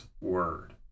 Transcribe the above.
word